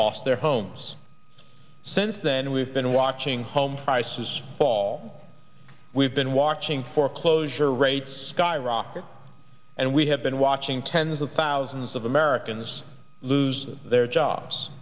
lost their homes since then we've been watching home prices fall we've been watching foreclosure rates skyrocket and we have been watching tens of thousands of americans lose their jobs